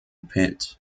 pit